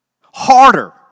Harder